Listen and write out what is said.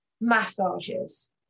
massages